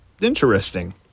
interesting